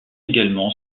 également